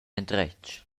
endretg